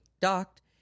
docked